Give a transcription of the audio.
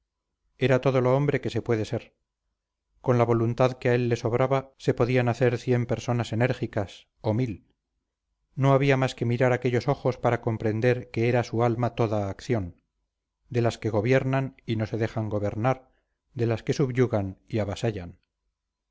era todo lo hombre que se puede ser con la voluntad que a él le sobraba se podían hacer cien personas enérgicas o mil no había más que mirar aquellos ojos para comprender que era su alma toda acción de las que gobiernan y no se dejan gobernar de las que subyugan y avasallan